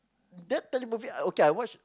that tele movie okay I watched